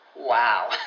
Wow